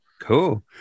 cool